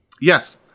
Yes